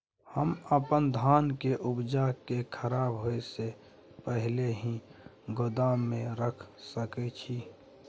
हम अपन धान के उपजा के खराब होय से पहिले ही गोदाम में रख सके छी?